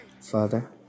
father